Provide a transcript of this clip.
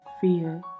fear